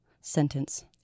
Sentence